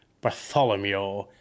bartholomew